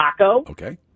Okay